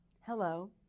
Hello